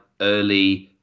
early